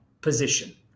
position